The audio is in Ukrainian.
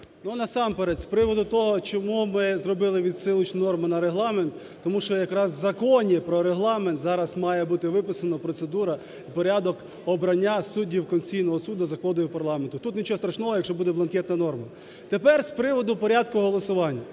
Ну, насамперед з приводу того, чому ми зробили відсилочну норму на Регламент. Тому що якраз в Законі про Регламент зараз має бути виписана процедура, порядок обрання суддів Конституційного Суду за квотою парламенту. Тут нічого страшного, якщо буде бланкетна норма. Тепер з приводу порядку голосування.